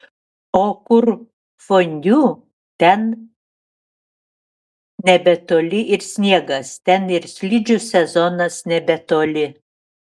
o kur fondiu ten nebetoli ir sniegas ten ir slidžių sezonas nebetoli